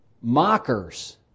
mockers